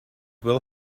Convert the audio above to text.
will